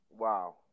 Wow